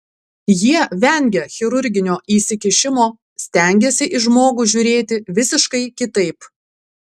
jie vengia chirurginio įsikišimo stengiasi į žmogų žiūrėti visiškai kitaip